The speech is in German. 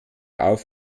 auf